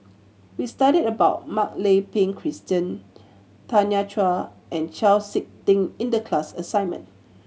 we studied about Mak Lai Peng Christine Tanya Chua and Chau Sik Ting in the class assignment